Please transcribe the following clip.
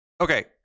Okay